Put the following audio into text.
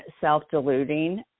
self-deluding